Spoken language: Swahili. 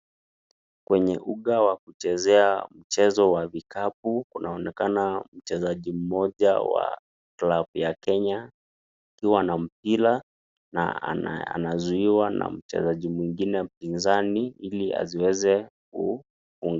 Kwenye uga wa kuchezea mchezo wa vikapu, unaonekana mchezaji moja wa club ya Kenya wanampira na anazuia na mchezaji mwingine mpinzani ili asiweze